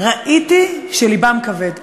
וראיתי שלבם כבד.